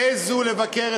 העזו לבקר,